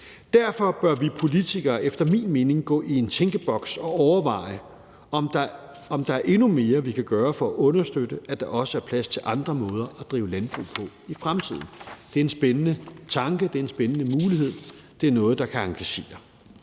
Derfor bør vi politikere efter min mening gå i tænkeboks og overveje, om der er endnu mere, vi kan gøre for at understøtte, at der også er plads til andre måder at drive landbrug på i fremtiden. Det er en spændende tanke. Det er en spændende mulighed. Det er noget, der kan engagere.